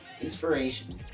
inspiration